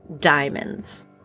diamonds